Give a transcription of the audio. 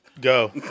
go